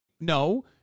No